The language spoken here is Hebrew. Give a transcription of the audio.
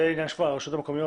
זה עניין של הרשויות המקומית,